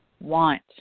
want